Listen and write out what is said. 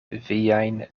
viajn